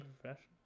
professional